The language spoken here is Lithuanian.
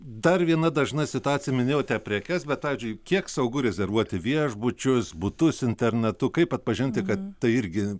dar viena dažna situacija minėjote prekes bet pavyzdžiui kiek saugu rezervuoti viešbučius butus internetu kaip atpažinti kad tai irgi